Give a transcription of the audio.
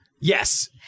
Yes